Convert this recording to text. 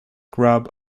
grub